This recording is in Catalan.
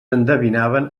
endevinaven